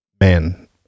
man